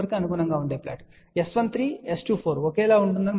S13 S24 ఒకేలా ఉంటుందని మీరు చూడవచ్చు మరియు అవి సరిగ్గా ఒకేలా ఉన్నాయని మీరు చూడవచ్చు